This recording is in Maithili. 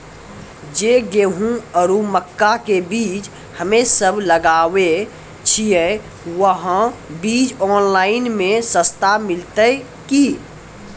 जे गेहूँ आरु मक्का के बीज हमे सब लगावे छिये वहा बीज ऑनलाइन मे सस्ता मिलते की?